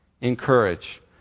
Encourage